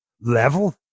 level